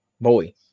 Boy